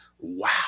Wow